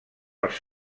els